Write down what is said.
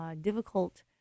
difficult